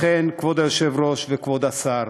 לכן, כבוד היושב-ראש וכבוד השר,